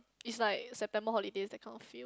is like September holidays that kind feel